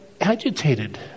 agitated